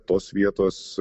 tos vietos